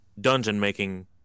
dungeon-making